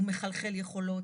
הוא מחלחל יכולות,